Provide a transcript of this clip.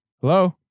Hello